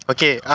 Okay